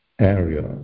area